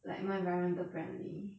like more environmental friendly